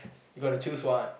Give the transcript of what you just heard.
you got to choose one